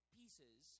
pieces